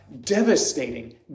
devastating